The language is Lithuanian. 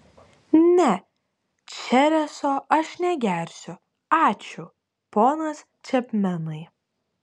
ne chereso aš negersiu ačiū ponas čepmenai